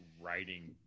writing